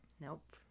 Nope